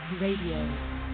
Radio